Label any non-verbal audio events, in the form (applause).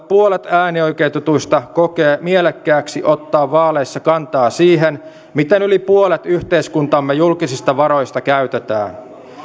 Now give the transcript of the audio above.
(unintelligible) puolet äänioikeutetuista kokee mielekkääksi ottaa vaaleissa kantaa siihen miten yli puolet yhteiskuntamme julkisista varoista käytetään